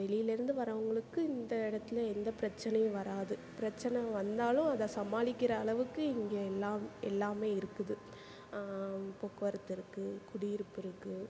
வெளியில இருந்து வர்றவங்களுக்கு இந்த இடத்துல எந்தப் பிரச்சனையும் வராது பிரச்சனை வந்தாலும் அதை சமாளிக்கிற அளவுக்கு இங்கே எல்லாம் எல்லாமே இருக்குது போக்குவர்த்து இருக்குது குடியிருப்பு இருக்குது